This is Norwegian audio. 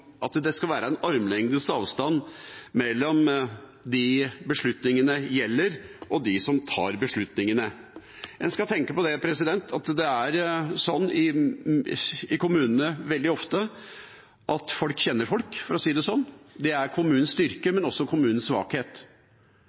at det skal være armlengdes avstand mellom dem beslutningene gjelder, og dem som tar beslutningene. En skal tenke på at i kommunene er det veldig ofte slik at folk kjenner folk, for å si det sånn. Det er kommunens styrke, men også kommunens svakhet.